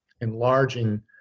enlarging